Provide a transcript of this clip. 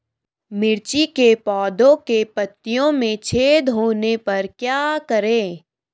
मिर्ची के पौधों के पत्तियों में छेद होने पर क्या करें?